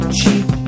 cheap